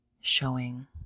showing